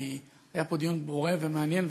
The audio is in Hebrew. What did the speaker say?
כי היה פה דיון פורה ומעניין,